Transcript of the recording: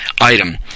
item